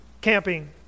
camping